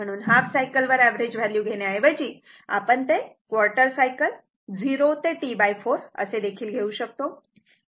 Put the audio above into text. म्हणून half cycle वर average value घेण्याऐवजी आपण ते क्वार्टर सायकल 0 ते T4 असे देखील घेऊ शकतो